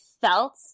felt